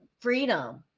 freedom